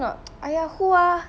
ya ya ya ya